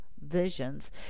visions